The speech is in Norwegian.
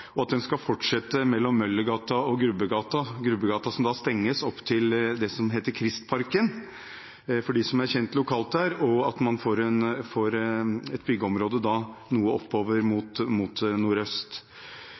at den skal fortsette mellom Møllergata og Grubbegata, som da stenges, opp til det som heter Kristparken – for dem som er lokalkjent der – og at man får et byggeområde noe oppover mot nordøst.